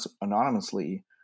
anonymously